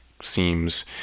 seems